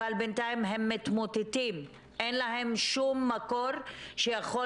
אבל בינתיים הם מתמוטטים אין להם שום מקור שיכול